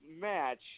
match